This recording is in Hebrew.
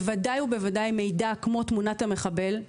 בוודאי ובוודאי מידע כמו תמונת המחבל,